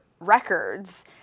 records